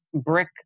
brick